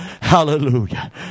Hallelujah